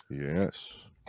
Yes